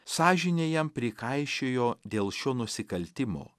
sąžinė jam prikaišiojo dėl šio nusikaltimo